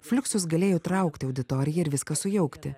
fliuksus galėjo įtraukti auditoriją ir viską sujaukti